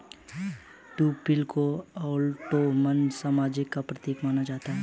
tulip को Ottoman साम्राज्य का प्रतीक माना जाता है